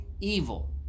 evil